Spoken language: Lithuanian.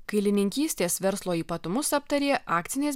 kailininkystės verslo ypatumus aptarė akcinės